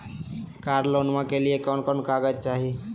कार लोनमा के लिय कौन कौन कागज चाही?